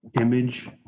image